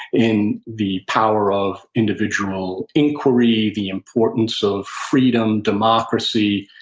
in the power of individual inquiry, the importance of freedom, democracy.